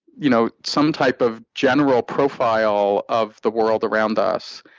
you know some type of general profile of the world around us.